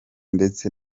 ndetse